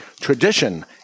tradition